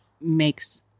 makes